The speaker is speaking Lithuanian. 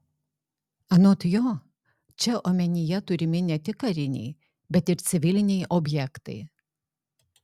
anot jo čia omenyje turimi ne tik kariniai bet ir civiliniai objektai